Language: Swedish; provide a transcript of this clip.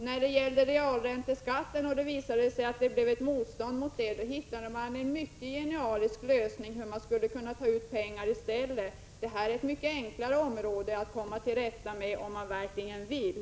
När det gällde förslaget om realränteskatten och det visade sig att det blev ett motstånd mot den, då hittade regeringen en mycket genialisk lösning på hur man i stället skulle kunna ta ut pengar. Alkoholskatten på kvalitetsviner är en sak som är mycket lättare att komma till rätta med, om man verkligen vill.